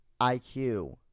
IQ